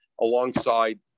alongside